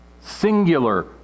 singular